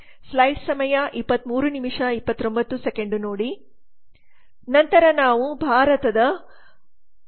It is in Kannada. ನಂತರ ನಾವು ಭಾರತದ ವಲಯದ ಬೆಳವಣಿಗೆಯ ದರಗಳನ್ನು ನೋಡುತ್ತೇವೆ